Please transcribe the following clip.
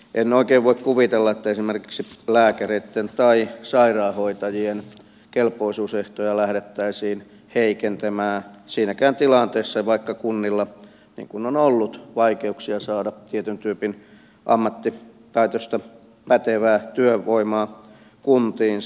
en oikein voi kuvitella että esimerkiksi lääkäreitten tai sairaanhoitajien kelpoisuusehtoja lähdettäisiin heikentämään siinäkään tilanteessa vaikka kunnilla niin kuin on ollut on vaikeuksia saada tietyn tyypin ammattitaitoista pätevää työvoimaa kuntiinsa